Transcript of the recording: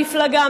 מפלגה,